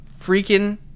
freaking